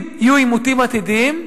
אם יהיו עימותים עתידיים,